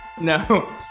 no